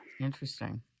Interesting